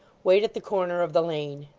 wait at the corner of the lane